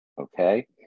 okay